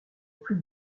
plus